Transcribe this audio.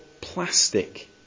plastic